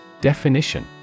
Definition